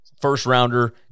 first-rounder